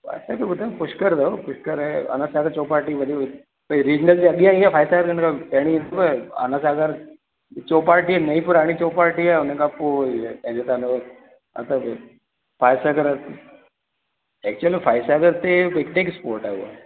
त पुष्कर अथव पुष्कर ऐं आना सागर चौपाटी गॾु हे रीलन जे अॻियां ई आहे इअं फाय सागर हिन खां पहिरीं अथव आना सागर चौपाटी नईं पुराणी चौपाटी आहे उनखां पोइ ई पंहिंजो आना सागर अथव फाइव सागर एक्चुली फाइव सागर ते पिकनिक स्पॉट आहे उहे